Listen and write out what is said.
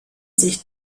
sich